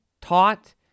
taught